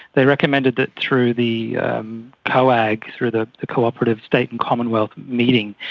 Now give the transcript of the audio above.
they recommended that through the coag, through the the cooperative state and commonwealth meeting,